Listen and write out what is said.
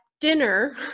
dinner